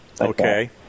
Okay